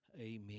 Amen